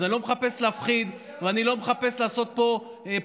אז אני לא מחפש להפחיד ואני לא מחפש לעשות פה פרופגנדה.